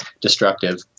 destructive